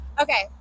Okay